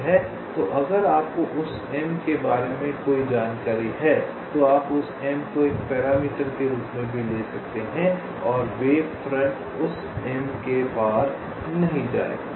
तो अगर आपको उस m के बारे में कोई जानकारी है तो आप उस m को एक पैरामीटर के रूप में भी ले सकते हैं और वेव फ्रंट उस m के पार नहीं जायेगा